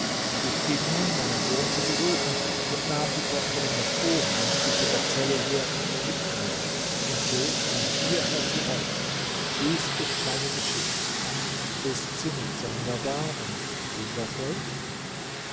ich ging nun meinen sohn zu besuchen und nahm die tochter meines oheims diese gazelle hier mit mir und so kam ich hierher zu euch dies ist meine geschichte ist sie nicht sonderbar und wundervoll